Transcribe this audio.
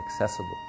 accessible